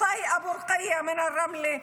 קוסאי אבו רקייק מרמלה,